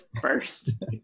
first